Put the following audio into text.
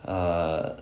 err